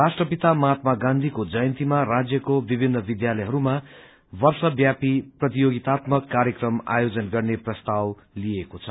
राष्ट्रपिता महात्मा गाँधीको जयन्तीमा राज्यको विभिन्न विद्यालहरूमा वर्ष व्यापी प्रतियोगितात्मक कार्यक्रम आयोजन गर्ने प्रस्ताव लिएको छ